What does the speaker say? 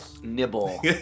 Nibble